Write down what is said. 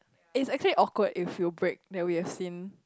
it's actually awkward if you break then we've seen